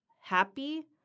happy